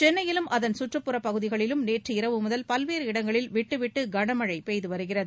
சென்னையிலும் அதன் சுற்றுப்புறப்பகுதிகளிலும் நேற்றிரவு முதல் பல்வேறு இடங்களில் விட்டு விட்டு கனமழை பெய்து வருகிறது